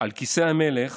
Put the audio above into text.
"על כיסא המלך